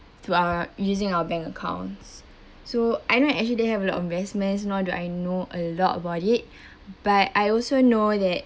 through our using our bank accounts so I know actually they have a lot of investments nor do I know a lot about it but I also know that